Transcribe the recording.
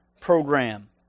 program